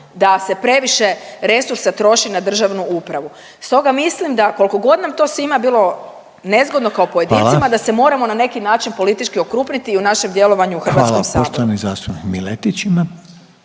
da se previše resursa troši na državnu upravu. Stoga mislim da kolkogod nam to svima bilo nezgodno kao …/Upadica Reiner: Hvala./… pojedincima da se moramo na neki način politički okrupniti i u našem djelovanju u HS-u. **Reiner, Željko (HDZ)** Hvala. Poštovani zastupnik Miletić ima